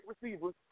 receivers